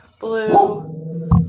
Blue